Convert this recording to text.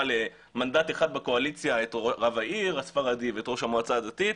למנדט אחד בקואליציה את רב העיר הספרדי ואת ראש המועצה הדתית.